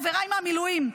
חבריי מהמילואים,